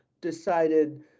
decided